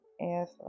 Yes